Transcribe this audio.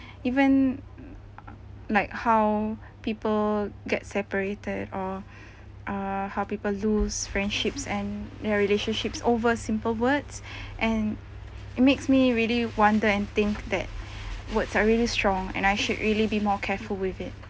even like how people get separated or uh how people lose friendships and their relationships over simple words and it makes me really wonder and think that words are really strong and I should really be more careful with it